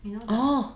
you know the